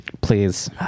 please